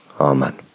Amen